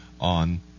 on